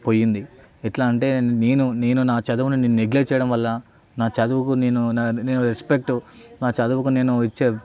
పోయింది ఎట్లా అంటే నేను నేను నా చదువుని నెగ్లెట్ చేయడం వల్ల నా చదువుకు నేను నేను రెస్పెక్టు నా చదువుకు నేను ఇచ్చే